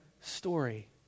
story